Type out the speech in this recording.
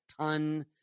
ton